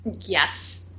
Yes